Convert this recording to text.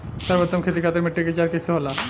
सर्वोत्तम खेती खातिर मिट्टी के जाँच कईसे होला?